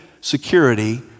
security